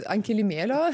ant kilimėlio